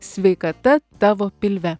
sveikata tavo pilve